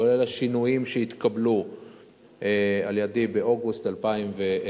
כולל השינויים שהתקבלו על-ידי באוגוסט 2010,